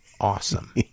awesome